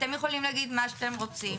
אתם יכולים להגיד מה שאתם רוצים,